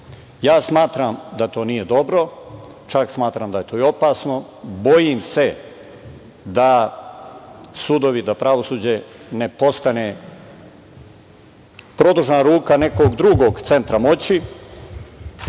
Ja smatram da to nije dobro. Čak smatram da je to i opasno. Bojim se da sudovi, da pravosuđe ne postane produžena ruka nekog drugog centra moći.